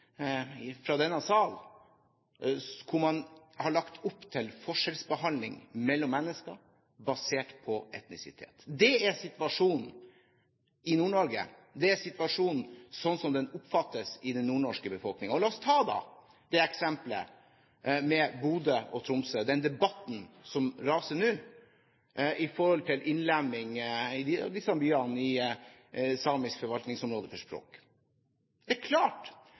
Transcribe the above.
politikk fra denne sal, hvor man har lagt opp til forskjellsbehandling mellom mennesker basert på etnisitet. Det er situasjonen i Nord-Norge, det er situasjonen slik som den oppfattes i den nordnorske befolkningen. La oss ta eksempelet med Bodø og Tromsø og den debatten som raser nå om innlemming av disse byene i samisk forvaltningsområde for språk. Det er klart,